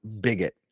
bigot